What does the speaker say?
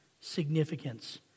significance